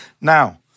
Now